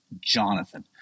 Jonathan